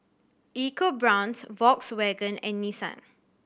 EcoBrown's Volkswagen and Nissan